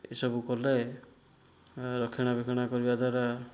ଏସବୁ କଲେ ରକ୍ଷଣା ବେକ୍ଷଣା କରିବା ଦ୍ୱାରା